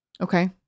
okay